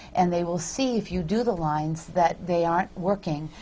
and they will see if you do the lines that they aren't working,